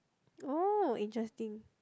oh interesting